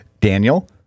daniel